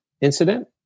incident